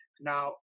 Now